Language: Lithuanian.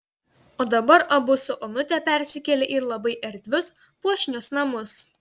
o dabar abu su onute persikėlė į labai erdvius puošnius namus